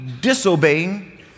disobeying